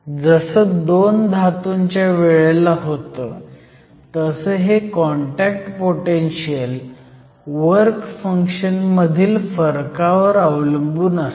जसं 2 धातूंच्या वेळेला होतं तसं हे कॉन्टॅक्ट पोटेनशीयल वर्क फंक्शन मधील फरकावर अवलंबून असतं